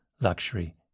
Luxury